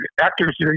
Actors